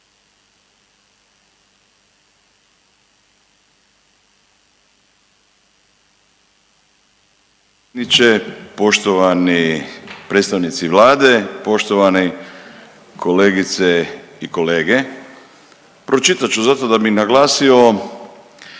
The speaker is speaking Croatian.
uključen/…poštovani predstavnici Vlade, poštovani kolegice i kolege. Pročitat ću zato da bi naglasio